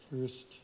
first